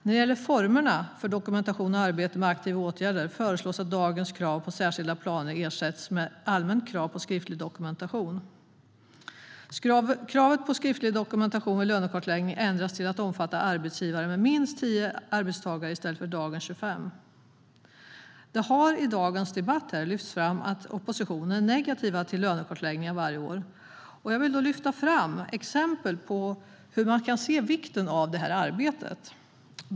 När det gäller formerna för dokumentation av arbetet med aktiva åtgärder föreslås att dagens krav på särskilda planer ersätts med ett allmänt krav på skriftlig dokumentation. Kravet på skriftlig dokumentation vid lönekartläggningen ändras till att omfatta arbetsgivare med minst 10 arbetstagare i stället för dagens 25. Det har i dagens debatt lyfts fram att oppositionen är negativ till lönekartläggningar varje år. Jag vill ta upp ett par exempel på hur man kan se vikten av detta arbete.